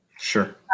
sure